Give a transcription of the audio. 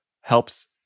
helps